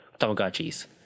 Tamagotchi's